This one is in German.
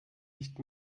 nicht